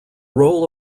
role